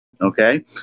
Okay